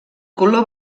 color